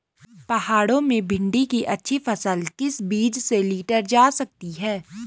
पहाड़ों में भिन्डी की अच्छी फसल किस बीज से लीटर जा सकती है?